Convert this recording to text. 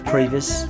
Previous